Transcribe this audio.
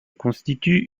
constitue